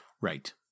Right